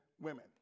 women